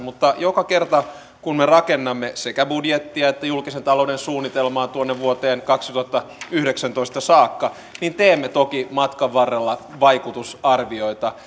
mutta joka kerta kun me rakennamme sekä budjettia että julkisen talouden suunnitelmaa tuonne vuoteen kaksituhattayhdeksäntoista saakka niin teemme toki matkan varrella vaikutusarvioita